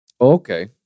Okay